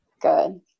good